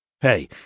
Hey